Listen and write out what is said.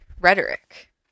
rhetoric